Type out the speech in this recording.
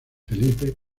felipe